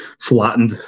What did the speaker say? flattened